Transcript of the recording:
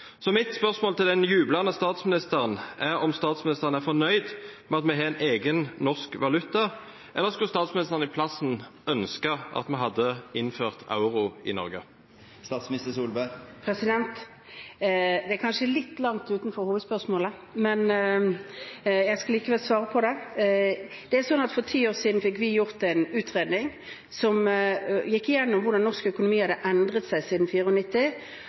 Så mitt spørsmål til den jublende statsministeren er: Er statsministeren fornøyd med at vi har en egen, norsk valuta, eller skulle statsministeren i stedet ønsket at vi hadde innført euro i Norge? Det er kanskje litt langt utenfor hovedspørsmålet, men jeg skal likevel svare på det. For ti år siden fikk vi gjort en utredning som gikk igjennom hvordan norsk økonomi hadde endret seg siden